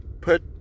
put